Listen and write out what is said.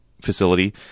facility